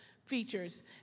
features